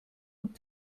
und